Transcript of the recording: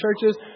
churches